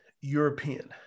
European